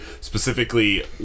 specifically